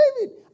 David